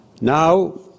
Now